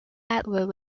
edward